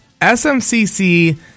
SMCC